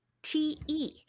T-E